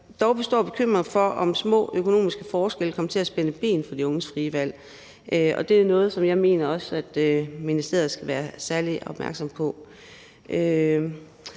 Dog består bekymringen for, om små økonomiske forskelle kommer til at spænde ben for de unges frie valg. Det er noget, som jeg mener ministeriet skal være særlig opmærksom på.